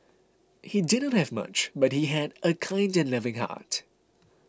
he did not have much but he had a kind and loving heart